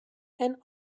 and